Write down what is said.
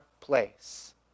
place